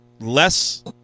less